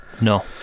No